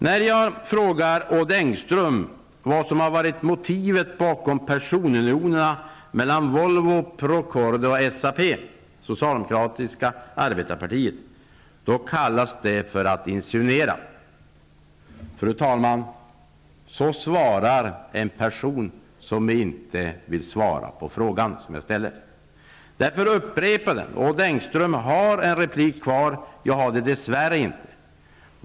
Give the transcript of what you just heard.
När jag frågar Odd Engström om vad motivet har varit bakom personalunionerna mellan Volvo, Procordia och SAP, socialdemokratiska arbetarpartiet, kallas det att insinuera. Fru talman, så svarar en person som inte vill ge svar på den fråga jag ställde. Därför upprepar jag den. Odd Engström har en replik kvar, jag har det dess värre inte.